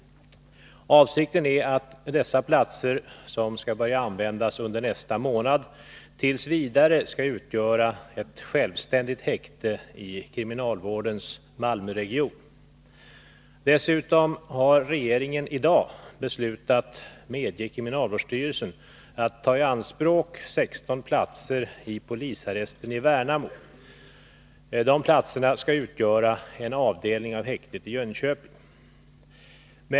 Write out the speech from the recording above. Avsikten är att dessa platser, som skall börja användas under nästa månad, t. v. skall utgöra ett självständigt häkte i kriminalvårdens Malmöregion. Dessutom har regeringen i dag beslutat medge kriminalvårdsstyrelsen att ta i anspråk 16 platser i polisarresten i Värnamo. Dessa platser skall utgöra en avdelning av häktet i Jönköping.